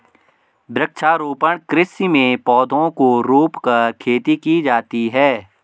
वृक्षारोपण कृषि में पौधों को रोंपकर खेती की जाती है